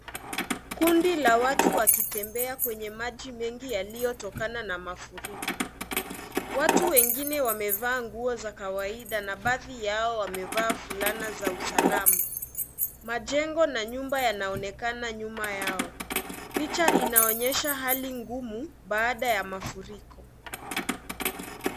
Kundi la watu wakitembea kwenye maji mengi yaliyotokana na mafuriko. Watu wengine wamevaa nguo za kawaida na baadhi yao wamevaa fulana za usalama. Majengo na nyumba yanaonekana nyuma yao. Picha inaoneonyesha hali ngumu baada ya mafuriko.